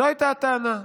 זו הייתה הטענה,